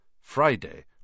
Friday